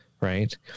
Right